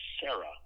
Sarah